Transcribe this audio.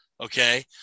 okay